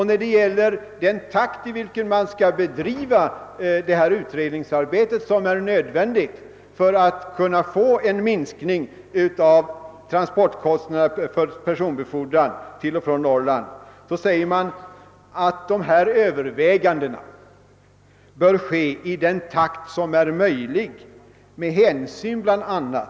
När det gäller den takt, i vilken man skall bedriva det utredningsarbete som är nödvändigt för att kunna få till stånd en minskning av transportkostnaderna för personbefordran till och från Norrland säger utskottsmajoriteten: >Dessa överväganden bör ske i den takt som är möjlig med hänsyn bla.